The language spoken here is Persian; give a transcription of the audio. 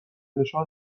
نشان